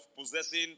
possessing